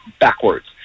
backwards